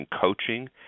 coaching